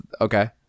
Okay